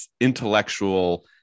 intellectual